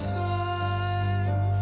time